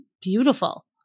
beautiful